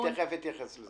אני תכף אתייחס לזה.